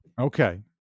Okay